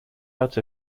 out